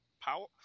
power